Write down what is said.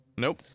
Nope